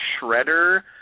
Shredder